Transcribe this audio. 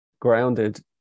grounded